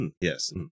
yes